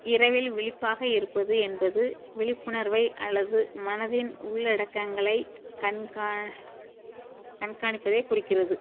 இரவில் விழிப்பாக இருப்பது என்பது விழிப்புணர்வை அல்லது மனதின் உள்ளடக்கங்களைக் கண்காண் கண்காணிப்பதை குறிக்கிறது